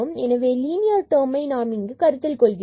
எனவே ஒரு லீனியர் டெர்மை நாம் இங்கு கருத்தில் கொள்கிறோம்